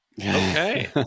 Okay